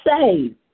saved